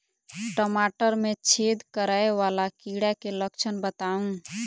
टमाटर मे छेद करै वला कीड़ा केँ लक्षण बताउ?